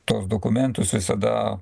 tuos dokumentus visada